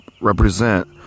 represent